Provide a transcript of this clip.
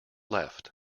left